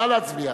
נא להצביע.